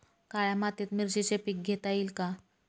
काळ्या मातीत मिरचीचे पीक घेता येईल का?